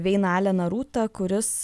veiną aleną rūtą kuris